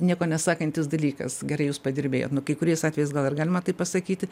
nieko nesakantis dalykas gerai jūs padirbėjot nu kai kuriais atvejais gal ir galima taip pasakyti